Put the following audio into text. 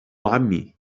عمي